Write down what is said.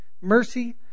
mercy